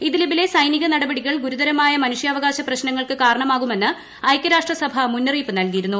ഇദ്ലിബിലെ സൈനിക നടപടികൾ ഗുരുതരമായ മനുഷ്യാവകാശ പ്രശ്നങ്ങൾക്കു കാരണമാകുമെന്ന് ഐക്യരാഷ്ട്ര സഭ മുന്നറിയിപ്പു നലകിയിരുന്നു